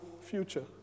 future